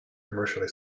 commercially